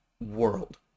world